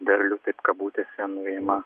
derlių taip kabutėse nuima